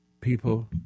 people